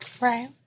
Right